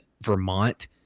Vermont